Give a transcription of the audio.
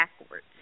backwards